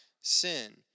sin